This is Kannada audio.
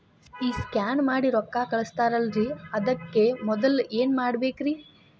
ಈ ಸ್ಕ್ಯಾನ್ ಮಾಡಿ ರೊಕ್ಕ ಕಳಸ್ತಾರಲ್ರಿ ಅದಕ್ಕೆ ಮೊದಲ ಏನ್ ಮಾಡ್ಬೇಕ್ರಿ?